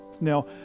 Now